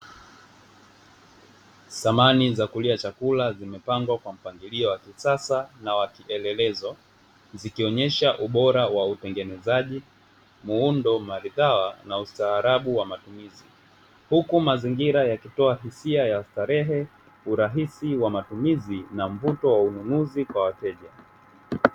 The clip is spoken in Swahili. Thamani za kulia chakula zimepangwa kwa mpangilio wa kisasa na wa kielelezo zikionyesha ubora wa utengenezaji muundo maridhawa na ustaarabu wa matumizi, huku mazingira yakitoa hisia ya starehe, urahisi wa matumizi na mvuto wa ununuzi kwa wateja.